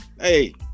Hey